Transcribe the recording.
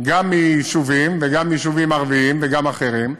גם מיישובים וגם מיישובים ערביים וגם אחרים,